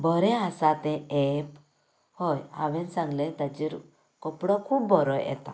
बरें आसा तें एप हय हांवेन सांगलें तांचेर कपडो खूब बोरो येता